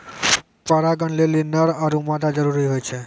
परागण लेलि नर आरु मादा जरूरी होय छै